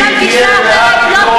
יש גם גישה אחרת,